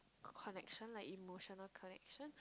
connection like emotional connection